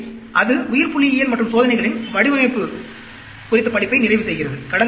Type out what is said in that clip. எனவே அது உயிர்புள்ளியியல் மற்றும் சோதனைகளின் வடிவமைப்பு குறித்த படிப்பை நிறைவு செய்கிறது